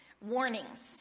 Warnings